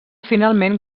finalment